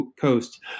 coast